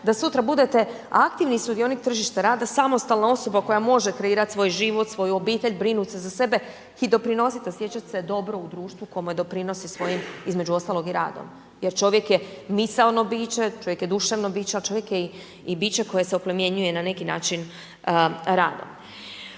da sutra budete aktivni sudionik tržišta rada, samostalna osoba koja može kreirati svoj život, svoju obitelj, brinuti se za sebe, i doprinositi osjećati se dobro u društvu kome doprinosi svojim, između ostalog i radom jer čovjek je misaono biće, čovjek je duševno biće, ali čovjek je i biće koje se oplemenjuje na neki način radom.